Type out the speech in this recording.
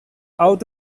out